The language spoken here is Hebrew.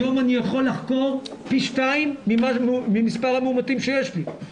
היום אני יכול לחקור פי 2 ממספר המאומתים שיש לי.